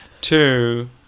Two